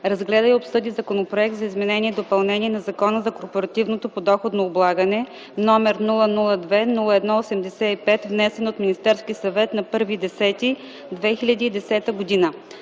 разгледа и обсъди Законопроект за изменение и допълнение на Закона за корпоративното подоходно облагане, № 002-01-85, внесен от Министерския съвет на 1 октомври